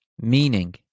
meaning